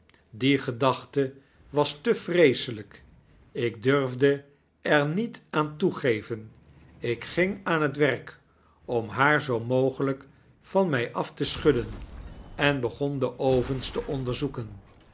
die gedachte was te vreeselijk ik durfde er niet aan toegeven ik ging aan het werk om haar zoo mogelijk van my af te schudden en begon de ovens te onderzoeken